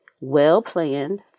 well-planned